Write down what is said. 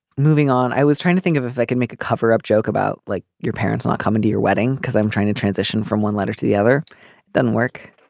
moving on. i was trying to think of if i could make a cover up joke about like your parents not coming to your wedding because i'm trying to transition from one letter to the other than work.